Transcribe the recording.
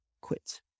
quit